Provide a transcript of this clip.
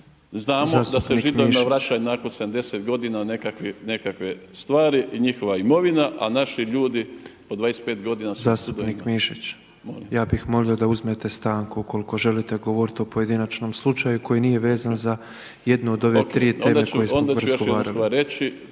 govore u isto vrijeme./ … i nakon 70 godina i nekakve stvari i njihova imovina, a naši ljudi po 25 godina … **Petrov, Božo (MOST)** Zastupnik Mišić, ja bih molio da uzmete stanku ukoliko želite govoriti o pojedinačnom slučaju koji nije vezan za jednu od ove tri teme o kojima smo razgovarali.